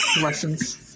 lessons